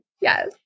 Yes